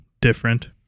different